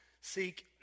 seek